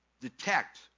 detect